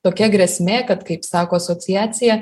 tokia grėsmė kad kaip sako asociacija